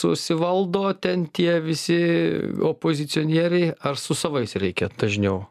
susivaldo ten tie visi opozicionieriai ar su savais reikia dažniau